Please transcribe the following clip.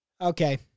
Okay